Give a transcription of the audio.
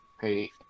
Hey